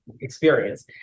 experience